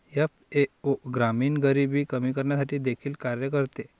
FAO ग्रामीण गरिबी कमी करण्यासाठी देखील कार्य करते